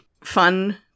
fun